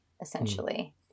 essentially